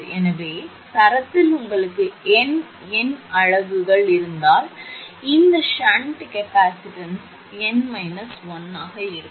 எனவே சரத்தில் உங்களுக்கு n எண் அலகுகள் இருந்தால் இந்த ஷன்ட் கொள்ளளவின் n 1 எண் இருக்கும்